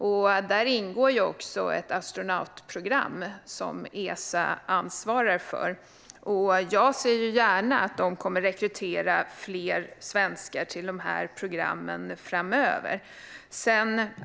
Där ingår också ett astronautprogram, som Esa ansvarar för, och jag ser gärna att de rekryterar fler svenskar till programmen framöver.